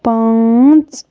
پانٛژھ